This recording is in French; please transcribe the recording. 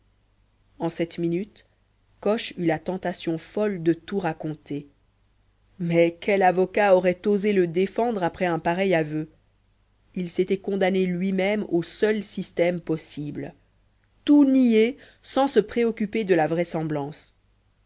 en cette minute coche eut la tentation folle de tout raconter mais quel avocat aurait osé le défendre après un pareil aveu il s'était condamné lui-même au seul système possible tout nier sans se préoccuper de la vraisemblance